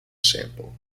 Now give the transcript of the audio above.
sample